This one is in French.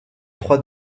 trois